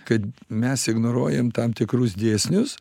kad mes ignoruojam tam tikrus dėsnius